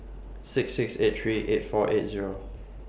six six eight three eight four eight Zero